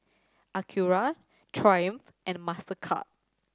Acura Triumph and Mastercard